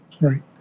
Right